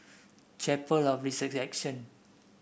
Chapel of The Resurrection